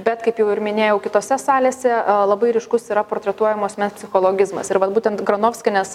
bet kaip jau ir minėjau kitose salėse labai ryškus yra portretuojamo asmens psichologizmas ir vat būtent granofskinis